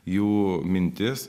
jų mintis